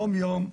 יום יום,